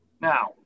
Now